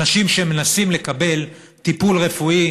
אנשים שמנסים לקבל טיפול רפואי,